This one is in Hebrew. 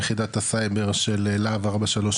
עם יחידת הסייבר של להב 433,